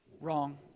wrong